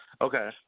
okay